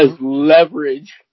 leverage